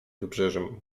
wybrzeżem